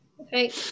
Okay